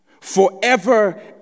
forever